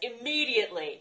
immediately